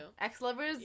Ex-lovers